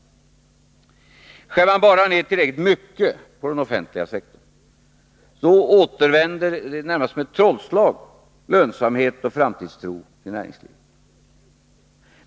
Skär man bara ned tillräckligt mycket inom den offentliga sektorn, återvänder nästan som genom ett trollslag lönsamhet och framtidstro inom näringslivet.